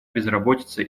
безработица